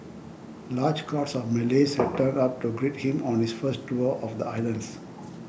large crowds of Malays had turned up to greet him on his first tour of the islands